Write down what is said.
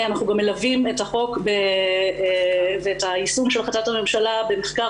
אנחנו גם מלווים את החוק וביישום של החלטת הממשלה במחקר